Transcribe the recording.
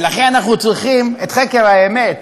ולכן אנחנו צריכים את חקר האמת,